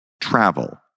travel